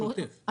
בשוטף.